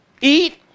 Eat